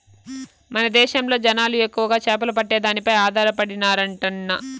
మన దేశంలో జనాలు ఎక్కువగా చేపలు పట్టే దానిపై ఆధారపడినారంటన్నా